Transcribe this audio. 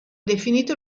definito